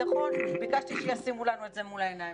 וביטחון ביקשתי שישימו לנו את זה מול העיניים.